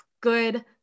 good